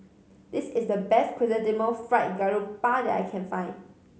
this is the best Chrysanthemum Fried Garoupa that I can find